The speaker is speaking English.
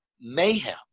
mayhem